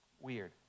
weird